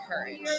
courage